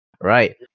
Right